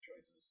choices